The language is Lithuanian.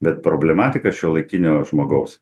bet problematika šiuolaikinio žmogaus